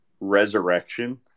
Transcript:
resurrection